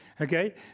Okay